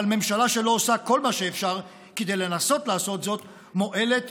אבל ממשלה שלא עושה כל מה שאפשר כדי לנסות לעשות זאת מועלת